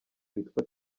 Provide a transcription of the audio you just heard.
witwa